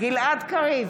גלעד קריב,